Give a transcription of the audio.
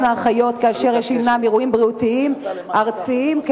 אחיות כשישנם אירועים בריאותיים ארציים,